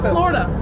Florida